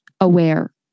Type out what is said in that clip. aware